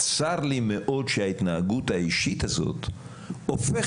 צר לי מאוד שההתנהגות האישית הזאת הופכת